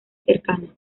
cercana